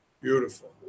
Beautiful